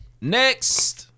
Next